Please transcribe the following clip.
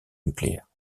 nucléaire